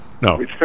No